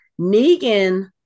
Negan